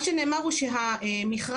מה שנאמר הוא שהמכרז,